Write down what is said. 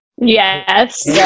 yes